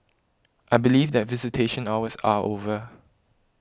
I believe that visitation hours are over